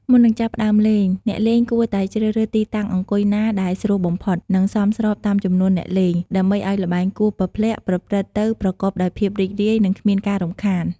មុននឹងចាប់ផ្ដើមលេង អ្នកលេងគួរតែជ្រើសរើសទីតាំងអង្គុយណាដែលស្រួលបំផុត និងសមស្របតាមចំនួនអ្នកលេង ដើម្បីឱ្យល្បែងគោះពព្លាក់ប្រព្រឹត្តទៅប្រកបដោយភាពរីករាយ និងគ្មានការរំខាន។